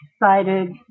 decided